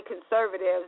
conservatives